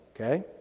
okay